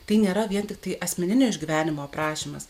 tai nėra vien tiktai asmeninio išgyvenimo aprašymas